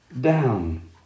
down